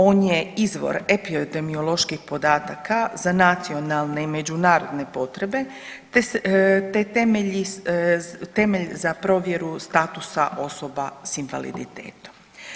On je izvor epidemioloških podataka za nacionalne i međunarodne potrebe, te temelj za provjeru statusa osoba sa invaliditetom.